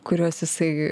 kuriuos jisai